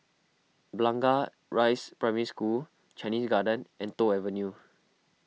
Blangah Rise Primary School Chinese Garden and Toh Avenue